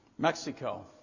Mexico